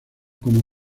como